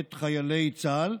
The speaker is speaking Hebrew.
את חיילי צה"ל.